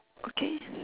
okay